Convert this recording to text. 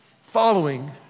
following